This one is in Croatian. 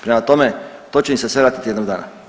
Prema tome, to će im se sve vratiti jednog dana.